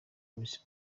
miss